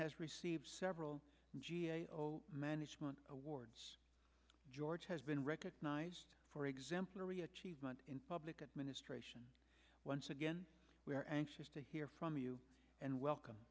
has received several management awards george has been recognized for exemplary achievement in public administration once again we are anxious to hear from you and welcome